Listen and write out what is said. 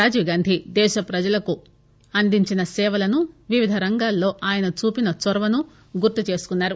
రాజీవ్ దేశ ప్రజలకు అందించిన సేవలను వివిధ రంగాలలో ఆయన చూపిన చొరవకు గుర్తు చేసుకున్నారు